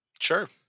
Sure